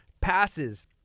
passes